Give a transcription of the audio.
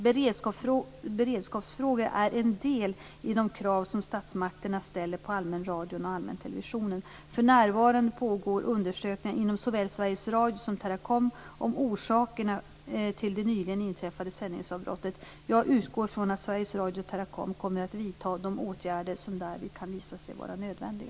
Beredskapsfrågor är en del i de krav som statsmakterna ställer på allmänradion och allmäntelevisionen. För närvarande pågår undersökningar inom såväl Sveriges Radio som Teracom om orsakerna till det nyligen inträffade sändningsavbrottet. Jag utgår från att Sveriges Radio och Teracom kommer att vidta de åtgärder som därvid kan visa sig vara nödvändiga.